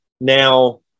Now